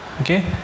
Okay